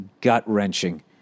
gut-wrenching